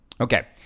Okay